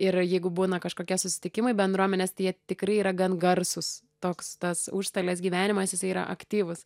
yra jeigu būna kažkokie susitikimai bendruomenės tai jie tikrai yra gan garsūs toks tas užstalės gyvenimas jisai yra aktyvus